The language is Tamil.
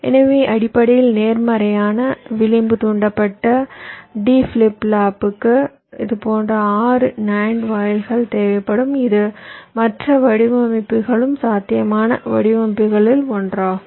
எனவே அடிப்படையில் நேர்மறையான விளிம்பு தூண்டப்பட்ட D ஃபிளிப் ஃப்ளாப்க்கு இதுபோன்ற 6 NAND வாயில்கள் தேவைப்படும் இது மற்ற வடிவமைப்புகளும் சாத்தியமான வடிவமைப்புகளில் ஒன்றாகும்